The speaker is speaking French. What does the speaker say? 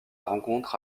rencontre